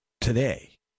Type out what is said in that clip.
today